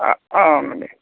నండి